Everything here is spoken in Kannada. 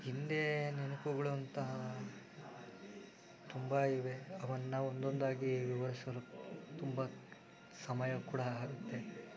ಹಿಂದೆ ನೆನಪುಗಳು ಅಂತ ತುಂಬ ಇವೆ ಅವನ್ನು ಒಂದೊಂದಾಗಿ ವಿವರಿಸಲು ತುಂಬ ಸಮಯ ಕೂಡ ಆಗತ್ತೆ